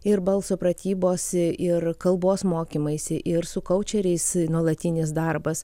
ir balso pratybos ir kalbos mokymaisi ir su kaučeriais nuolatinis darbas